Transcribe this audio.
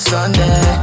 Sunday